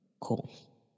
Cool